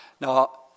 Now